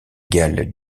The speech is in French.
galles